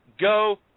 go